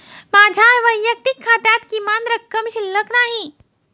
माझ्या वैयक्तिक खात्यात किमान रक्कम शिल्लक नाही